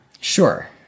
Sure